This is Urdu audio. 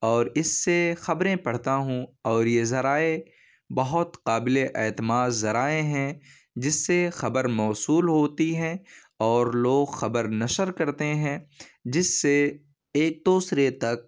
اور اس سے خبریں پڑھتا ہوں اور یہ ذرائع بہت قابلِ اعتماد ذرائع ہیں جس سے خبر موصول ہوتی ہیں اور لوگ خبر نشر کرتے ہیں جس سے ایک دوسرے تک